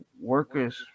workers